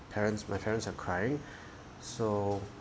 parents my parents are crying so